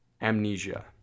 Amnesia